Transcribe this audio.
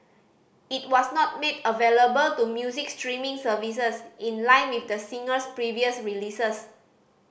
it was not made available to music streaming services in line with the singer's previous releases